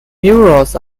murals